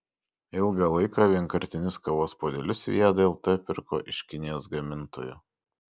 ilgą laiką vienkartinius kavos puodelius viada lt pirko iš kinijos gamintojų